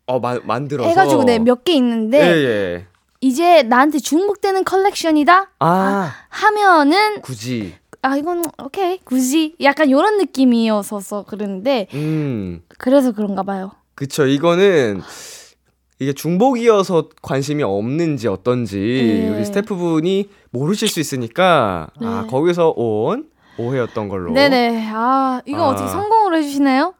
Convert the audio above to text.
어, 마- 만들어서? 해가지고 네, 몇 개 있는데 예, 예. 이제 나한테 중복되는 컬렉션이다? 아, 아. 하면은 굳이. 아, 이건 오케이. 굳이. 약간 요런 느낌이어서서 그랬는데 음. 그래서 그런가 봐요. 그쵸. 이거는 이게 중복이어서 관심이 없는지 어떤지 예. 우리 스태프분이 모르실 수 있으니까 예. 아, 거기서 온 오해였던 걸로. 네, 네. 아, 이거 아. 어떻게 성공으로 해주시나요?